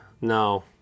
no